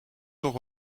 toch